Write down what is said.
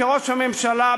כראש הממשלה,